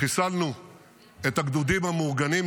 חיסלנו את הגדודים המאורגנים,